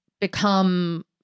become